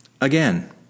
Again